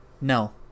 No